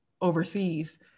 overseas